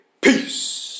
Peace